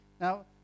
Now